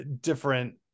different